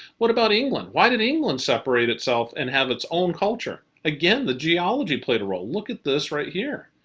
what about england? why did england separate itself and have its own culture? again, the geology played a role. look at this right here.